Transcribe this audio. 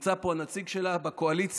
ונמצא פה הנציג שלה בקואליציה,